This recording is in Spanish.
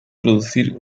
producir